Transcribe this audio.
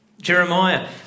Jeremiah